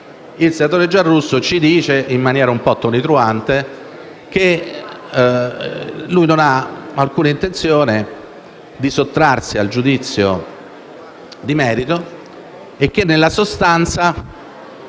Il senatore Giarrusso, oggi, ci dice - in maniera un po' tonitruante - che non ha alcuna intenzione di sottrarsi al giudizio di merito e, nella sostanza,